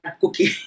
cookie